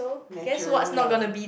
natural moon